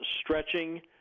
stretching